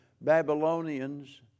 Babylonians